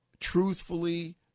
truthfully